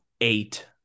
eight